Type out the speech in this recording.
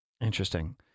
Interesting